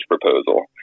proposal